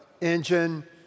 engine